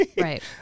right